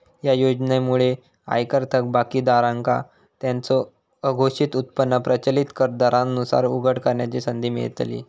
या योजनेमुळे आयकर थकबाकीदारांका त्यांचो अघोषित उत्पन्न प्रचलित कर दरांनुसार उघड करण्याची संधी मिळतली